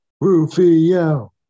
Rufio